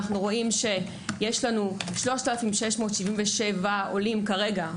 יש לנו 3,677 עולים כרגע,